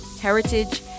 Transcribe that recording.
heritage